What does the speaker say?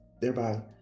thereby